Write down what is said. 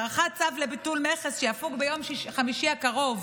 הארכת צו לביטול מכס שיפוג ביום חמישי הקרוב,